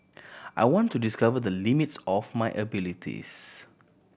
I want to discover the limits of my abilities